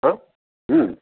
हा